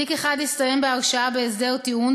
תיק אחד הסתיים בהרשעה בהסדר טיעון,